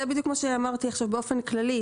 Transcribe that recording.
זה בדיוק מה שאמרתי עכשיו באופן כללי,